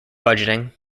budgeting